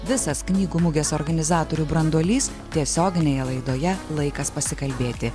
visas knygų mugės organizatorių branduolys tiesioginėje laidoje laikas pasikalbėti